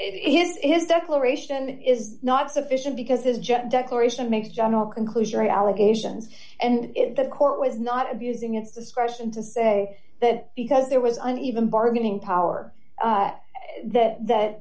if his declaration is not sufficient because this jet declaration makes general conclusion the allegations and the court was not abusing its discretion to say that because there was an even bargaining power that that that